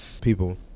people